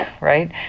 right